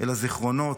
אלא זיכרונות,